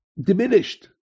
diminished